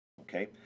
okay